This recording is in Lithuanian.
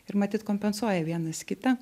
ir matyt kompensuoja vienas kitą